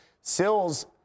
Sills